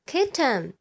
Kitten